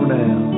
now